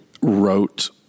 wrote